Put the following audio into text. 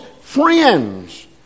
friends